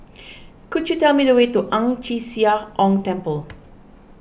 could you tell me the way to Ang Chee Sia Ong Temple